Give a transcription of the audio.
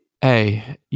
hey